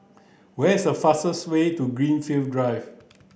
where is a fastest way to Greenfield Drive